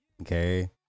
Okay